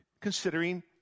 considering